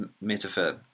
metaphor